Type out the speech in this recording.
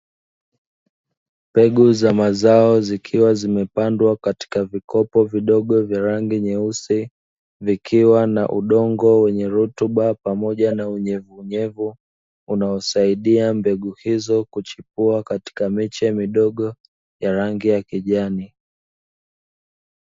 Mbegu za mazao zikiwa zimepandwa katika vikopo vidogo vya rangi nyeusi, vikiwa na udongo wenye rutuba pamoja na unyevuunyevu, unaosaidia mbegu hizo kuchipua katika miche midogo ya rangi ya kijani.